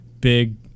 big